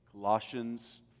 Colossians